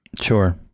Sure